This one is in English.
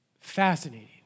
Fascinating